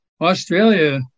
Australia